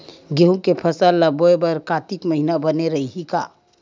गेहूं के फसल ल बोय बर कातिक महिना बने रहि का?